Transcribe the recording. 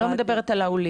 אני לא מדברת על העולים.